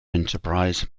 enterprise